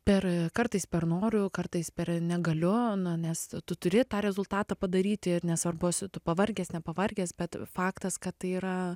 per kartais per noriu kartais per negaliu na nes tu turi tą rezultatą padaryti ir nesvarbu esi tu pavargęs nepavargęs bet faktas kad tai yra